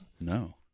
No